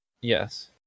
Yes